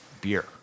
beer